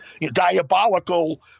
diabolical